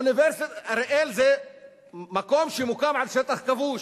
אוניברסיטת אריאל זה מקום שמוקם על שטח כבוש.